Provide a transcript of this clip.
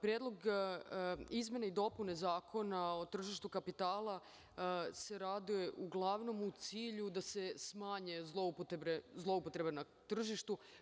Predlog zakona o izmenama i dopunama Zakona o tržištu kapitala se radi uglavnom u cilju da se smanje zloupotrebe na tržištu.